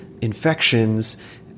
infections